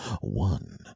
One